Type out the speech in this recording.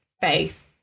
faith